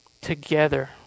Together